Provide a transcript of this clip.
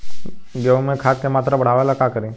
गेहूं में खाद के मात्रा बढ़ावेला का करी?